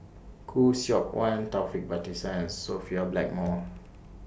Khoo Seok Wan Taufik Batisah and Sophia Blackmore